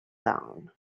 down